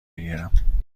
بگیرم